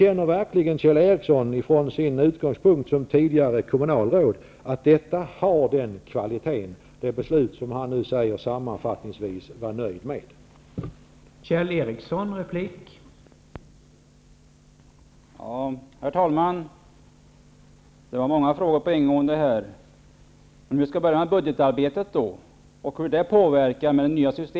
Anser Kjell Ericsson med utgångspunkt i sin erfarenhet som före detta kommunalråd att det beslut som han nu sammanfattningsvis säger sig vara nöjd med verkligen har den kvaliteten?